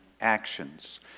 actions